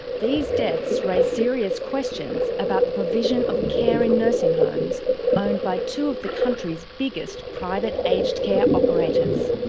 these deaths raise serious questions about the provision of care in nursing homes owned by two of the country's biggest private aged care operators.